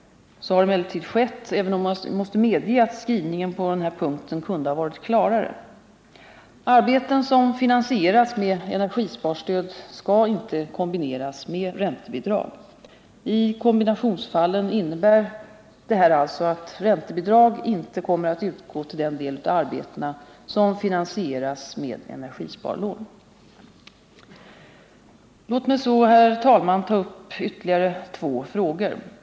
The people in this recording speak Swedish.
Så har emellertid skett, även om jag måste medge, att skrivningen på denna punkt kunde ha varit klarare. Arbeten som finansieras med energisparstöd skall inte kombineras med räntebidrag. I kombinationsfallen innebär detta alltså att räntebidrag inte kommer att utgå till den del av arbetena som finansieras med energisparlån. Låt mig så, herr talman, ta upp ytterligare två frågor.